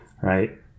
right